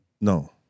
No